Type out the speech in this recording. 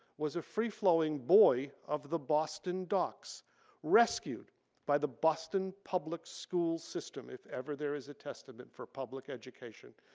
was a free flowing boy of the boston docks rescued by the boston public school system if ever there is a testament for public education,